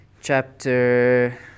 chapter